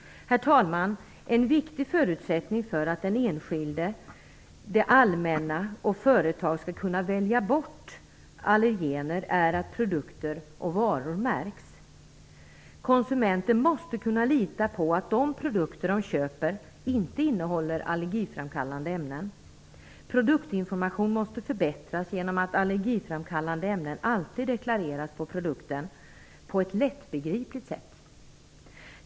Herr talman! En viktig förutsättning för att den enskilde, det allmänna och företag skall kunna välja bort allergener är att produkter och varor märks. Konsumenter måste kunna lita på att de produkter de köper inte innehåller allergiframkallande ämnen. Produktinformationen måste förbättras genom att allergiframkallande ämnen alltid deklareras på produkten på ett lättbegripligt sätt.